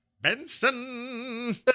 Benson